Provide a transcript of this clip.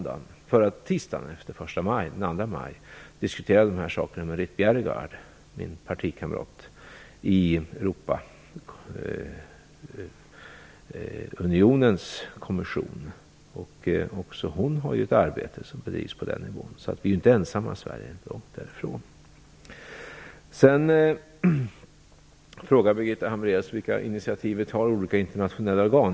Jag kunde förra tisdagen, den 2 maj, diskutera de här sakerna med Ritt Bjerregaard, min partikamrat i Europeiska unionens kommission. Också hon bedriver, på den nivån, ett arbete i den här riktningen, så vi i Sverige är inte ensamma om det - långt därifrån. Birgitta Hambraeus frågade vilka initiativ vi tar i olika internationella organ.